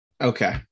Okay